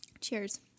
Cheers